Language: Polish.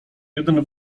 jeden